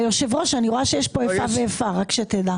היושב ראש, אני מבינה שיש פה איפה ואיפה, רק שתדע.